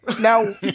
now